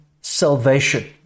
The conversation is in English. salvation